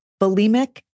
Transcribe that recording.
bulimic